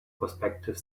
prospective